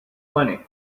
plenty